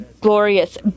glorious